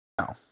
No